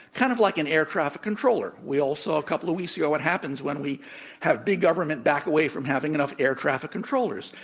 kind of like an air traffic controller. we all saw a couple of weeks ago what happens when we have big government back away from having enough air traffic controllers.